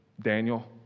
Daniel